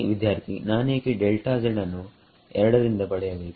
ವಿದ್ಯಾರ್ಥಿನಾನೇಕೆ delta z ಅನ್ನು 2ರಿಂದ ಪಡೆಯಬೇಕು